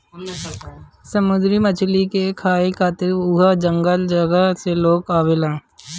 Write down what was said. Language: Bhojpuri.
समुंदरी मछरी के खाए खातिर उहाँ जगह जगह से लोग आवेला